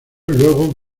luego